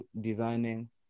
designing